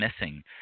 missing